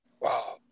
Wow